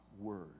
word